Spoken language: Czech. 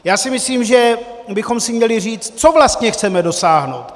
Já si myslím, že bychom si měli říct, čeho vlastně chceme dosáhnout!